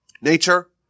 Nature